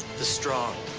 the strong